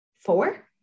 four